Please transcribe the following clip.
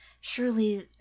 surely